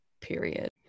period